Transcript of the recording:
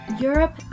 Europe